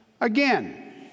again